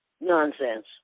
Nonsense